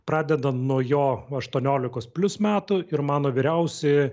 pradedant nuo jo aštuoniolikos plius metų ir mano vyriausi